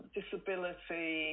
disability